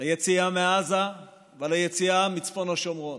ליציאה מעזה וליציאה מצפון השומרון.